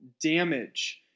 damage